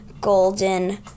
golden